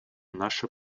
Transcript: наша